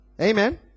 Amen